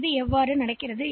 எனவே என்ன செய்யப்படுகிறது